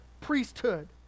priesthood